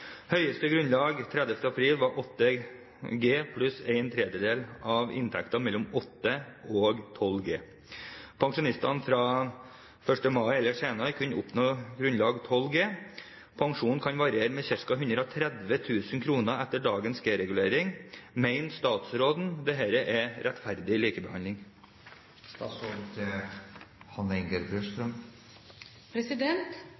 Høyeste grunnlag 30. april var 8 G pluss ⅓ av inntekten mellom 8 og 12 G. De som ble pensjonister 1. mai eller senere, kunne oppnå grunnlag 12 G. Pensjonen kan variere med ca. 130 000 kr etter dagens G. Mener statsråden dette er rettferdig likebehandling?» Stortingsrepresentant Robert Eriksson har tatt opp et spørsmål knyttet til